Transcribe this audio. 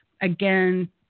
Again